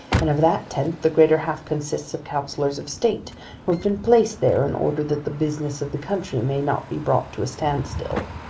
and of that tenth the greater half consists of counsellors of state who have been placed there in order that the business of the country may not be brought to a standstill.